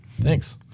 Thanks